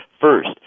First –